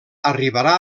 arribarà